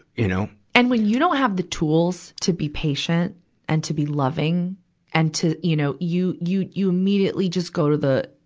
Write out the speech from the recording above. you know christina and when you don't have the tools to be patient and to be loving and to, you know you, you, you immediately just go to the,